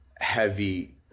heavy